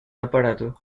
aparato